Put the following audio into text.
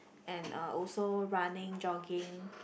and uh also running jogging